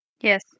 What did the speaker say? yes